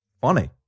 funny